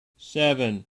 seven